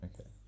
Okay